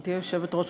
גברתי היושבת-ראש,